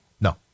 No